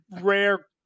rare